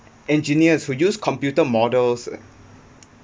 engineers who use computer models